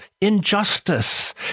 injustice